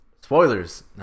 Spoilers